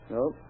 Nope